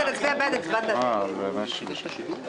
אבל בזמן ממשלת המעבר לא פורסמו מבחני מעבר.